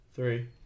Three